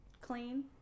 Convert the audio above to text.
clean